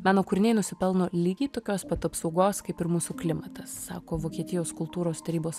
meno kūriniai nusipelno lygiai tokios pat apsaugos kaip ir mūsų klimatas sako vokietijos kultūros tarybos